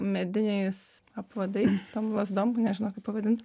mediniais apvadais tom lazdom nežinau kaip pavadint